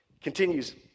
Continues